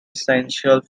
essential